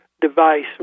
device